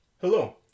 Hello